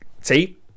see